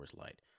Light